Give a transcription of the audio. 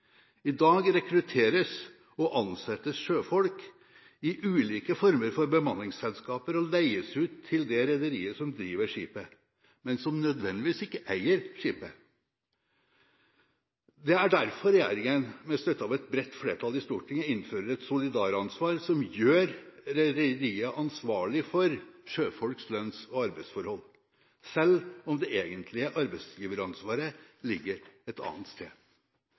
I dag rekrutteres og ansettes sjøfolk i ulike former for bemanningsselskaper og leies ut til det rederiet som driver skipet, men som ikke nødvendigvis eier skipet. Det er derfor regjeringen, med støtte av et bredt flertall i Stortinget, innfører et solidaransvar som gjør rederiet ansvarlig for sjøfolks lønns- og arbeidsforhold, selv om det egentlige arbeidsgiveransvaret ligger et annet sted.